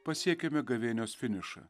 pasiekėme gavėnios finišą